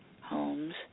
homes